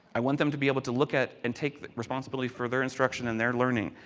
i want them to be able to look at and take responsibility, for their instruction and their learning,